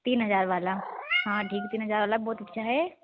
तीन हजार वाला हाँ ठीक है तीन हज़ार वाला बहुत अच्छा है